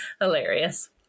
hilarious